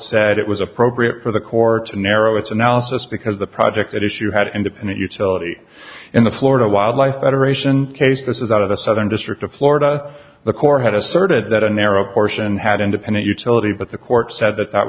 said it was appropriate for the court to narrow its analysis because the project at issue had an independent utility in the florida wildlife federation case this is out of the southern district of florida the court had asserted that a narrow portion had independent utility but the court said that that